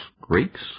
Greeks